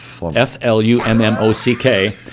F-L-U-M-M-O-C-K